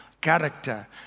Character